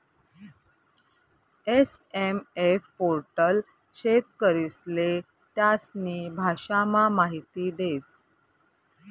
SMF portal शेतकरीस्ले त्यास्नी भाषामा माहिती देस